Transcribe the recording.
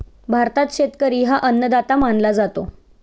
भारतात शेतकरी हा अन्नदाता मानला जातो